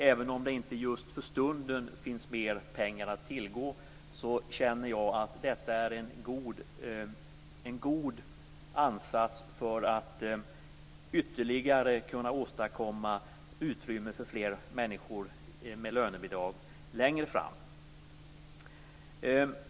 Även om det inte just för stunden finns mer pengar att tillgå känner jag att detta är en god ansats för att ytterligare kunna åstadkomma utrymme för fler människor med lönebidrag längre fram.